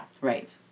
Right